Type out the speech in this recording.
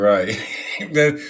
Right